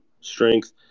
strength